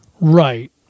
Right